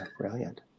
Brilliant